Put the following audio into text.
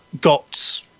got